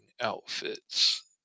outfits